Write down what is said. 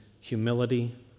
humility